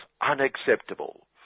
unacceptable